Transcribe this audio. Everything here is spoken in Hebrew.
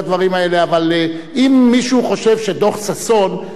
אבל אם מישהו חושב שדוח-ששון בא וקובע איפה